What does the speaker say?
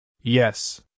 Yes